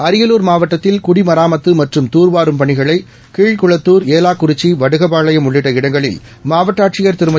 அரியலூர் மாவட்டத்தில் குடிமராமத்து மற்றும் தூர்வாரும் பணிகளை கீழ்குளத்தூர் ஏலாக்குறிச்சி வடுகபாளையம் உள்ளிட்ட இடங்களில் மாவட்ட ஆட்சியர் திருமதி